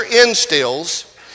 instills